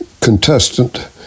contestant